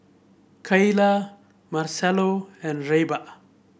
Kaila Marcelo and Reba